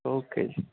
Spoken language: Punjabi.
ਓਕੇ ਜੀ